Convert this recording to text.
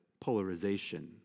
polarization